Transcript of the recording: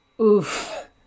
Oof